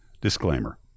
disclaimer